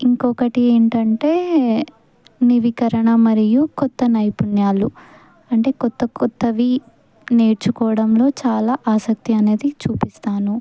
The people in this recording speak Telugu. ఇంకొకటి ఏంటంటే నవీకరణ మరియు కొత్త నైపుణ్యాలు అంటే కొత్త కొత్తవి నేర్చుకోవడంలో చాలా ఆసక్తి అనేది చూపిస్తాను